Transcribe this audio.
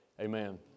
Amen